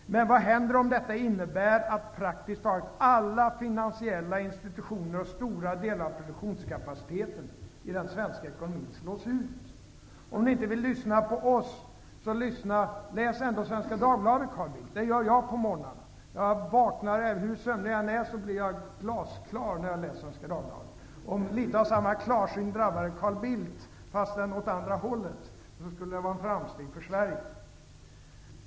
Men vad händer om detta innebär att praktiskt taget alla finansiella institutioner och stora delar av produktionskapaciteten i den svenska ekonomin slås ut? Om ni inte vill lyssna på oss, så läs ändå Svenska Dagbladet, Carl Bildt. Det gör jag på morgnarna. Jag vaknar hur sömnig jag än är och blir glasklar när jag läser Svenska Dagbladet. Om litet av samma klarsyn drabbade Carl Bildt, fastän åt andra hållet, skulle det vara ett framsteg för Sverige.